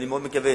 אני מאוד מקווה